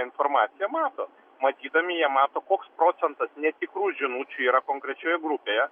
informaciją mato matydami jie mato koks procentas netikrų žinučių yra konkrečioje grupėje